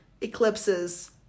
eclipses